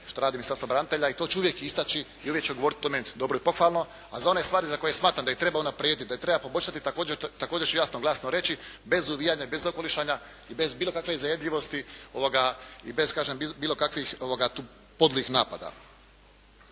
što radi Ministarstvo branitelja i to ću uvijek istaći i uvijek ću govoriti o tome dobro i pohvalno, a za one stvari za koje smatram da ih treba unaprijediti, da ih treba poboljšati također ću jasno i glasno reći, bez uvijanja i bez okolišanja i bez bilo kakve zajedljivosti i bez kažem bilo kakvih tu podlih napada.